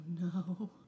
no